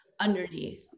underneath